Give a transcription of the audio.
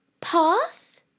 path